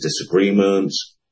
disagreements